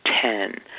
Ten